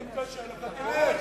אם קשה לך, תלך.